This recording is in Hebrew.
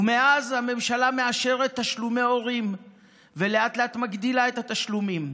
ומאז הממשלה מאשרת תשלומי הורים ולאט-לאט מגדילה את התשלומים.